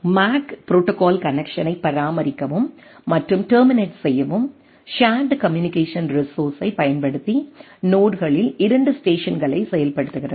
make protocol கனெக்சனை பராமரிக்கவும் மற்றும் டெர்மினேட் செய்யவும் ஷேர்டு கம்யூனிகேஷன் ரீசோர்ஸைப்பயன்படுத்தி நோட்களில் இரண்டு ஸ்டேஷன்களை செயல்படுத்துகிறது